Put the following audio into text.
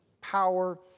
power